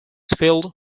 filled